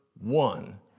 one